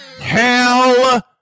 Hell